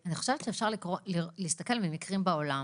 אני חושבת שאפשר להסתכל על מקרים בעולם